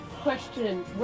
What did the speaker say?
Question